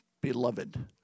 beloved